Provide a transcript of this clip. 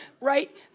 right